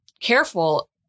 careful